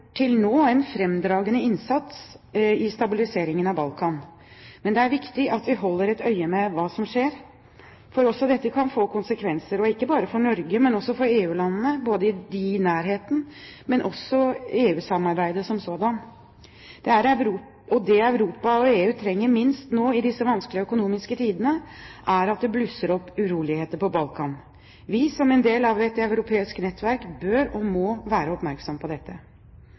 en fremragende innsats i stabiliseringen av Balkan. Men det er viktig at vi holder et øye med hva som skjer, for også dette kan få konsekvenser, og ikke bare for Norge, men også for EU-landene, både de i nærheten og også EU-samarbeidet som sådant. Det Europa og EU trenger minst nå i disse vanskelige økonomiske tidene, er at det blusser opp uroligheter på Balkan. Vi, som en del av et europeisk nettverk, bør og må være oppmerksomme på dette.